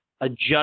adjust